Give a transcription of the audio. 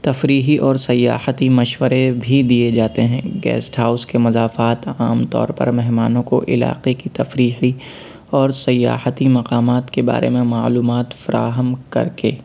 تفریحی اور سیاحتی مشورے بھی دیے جاتے ہیں گیسٹ ہاؤس کے مضافات عام طور پر مہمانوں کو علاقے کی تفریحی اور سیاحتی مقامات کے بارے میں معلومات فراہم کر کے